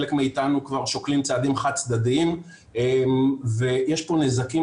חלק מאיתנו כבר שוקלים צעדים חד צדדיים ויש פה נזקים